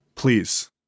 Please